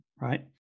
right